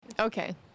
Okay